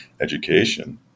education